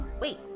Wait